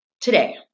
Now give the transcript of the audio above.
today